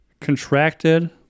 Contracted